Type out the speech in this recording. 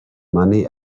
money